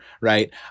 Right